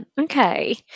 Okay